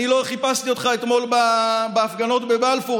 אני לא חיפשתי אותך אתמול בהפגנות בבלפור,